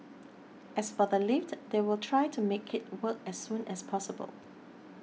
as for the lift they will try to make it work as soon as possible